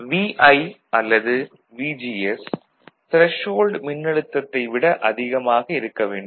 Vi அல்லது VGS threshold மின்னழுத்தத்தை விட அதிகமாக இருக்க வேண்டும்